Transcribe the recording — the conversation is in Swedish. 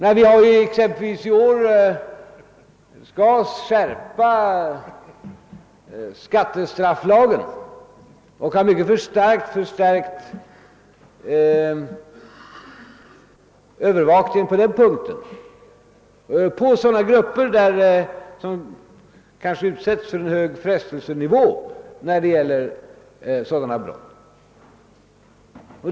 I år skall vi exempelvis göra skattestrafflagen strängare, och vi har redan mycket starkt skärpt övervakningen på detta område. Det gäller ofta grupper som kanske utsätts för mycket stor frestelse när det gäller sådana brott.